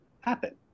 happen